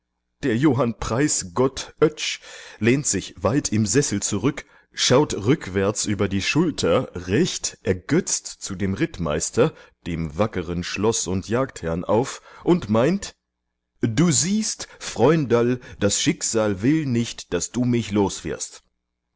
der johann preisgott oetsch lehnt sich weit im sessel zurück schaut rückwärts über die schulter recht ergötzt zu dem rittmeister dem wackeren schloß und jagdherrn auf und meint du siehst freunderl das schicksal will nicht daß du mich